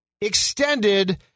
extended